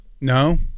No